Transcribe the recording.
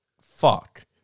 fuck